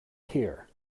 here